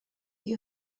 die